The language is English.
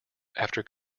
after